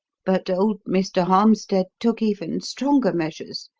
but old mr. harmstead took even stronger measures.